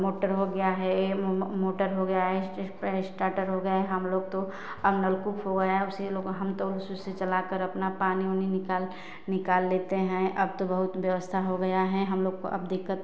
motor हो गया है मोटर हो गया है इस्टाटर हो गया है हम लोग तो अब नलकूप हो गया है उसी लोग हम तो उसी से चलाकर अपना पानी ओनी निकाल निकाल लेते हैं अब तो बहुत व्यवस्था हो गया हैं हम लोग को अब दिक्कत